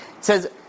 says